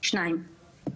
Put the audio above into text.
שניים,